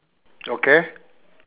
okay